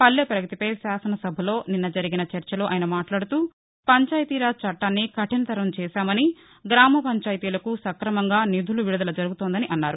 పల్లెపగతిపై శాసన సభలో నిన్న జరిగిన చర్చలో ఆయన మాట్లాడుతూ పంచాయతీరాజ్ చట్టాన్ని కఠినతరం చేశామని గ్రామ పంచాయతీలకు సక్రమంగా నిధుల విడుదల జరుగుతోందని అన్నారు